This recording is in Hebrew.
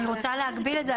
אני רוצה להגביל את זה,